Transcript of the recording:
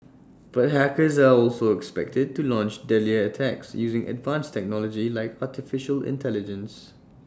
but hackers are also expected to launch deadlier attacks using advanced technology like Artificial Intelligence